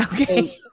Okay